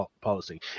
policy